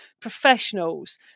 professionals